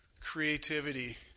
creativity